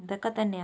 ഇതൊക്കെ തന്നെയാ